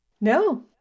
no